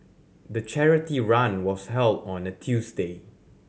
the charity run was held on a Tuesday